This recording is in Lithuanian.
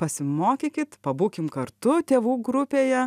pasimokykit pabūkim kartu tėvų grupėje